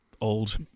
old